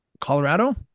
colorado